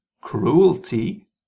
cruelty